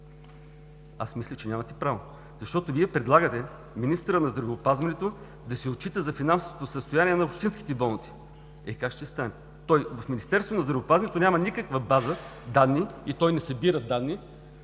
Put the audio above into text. Аз мисля, че нямате право, защото Вие предлагате министърът на здравеопазването да се отчита за финансовото състояние на общинските болници. Е как ще стане?! То в Министерство на здравеопазването няма никаква база данни и не събира данни